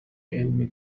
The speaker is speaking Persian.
علمی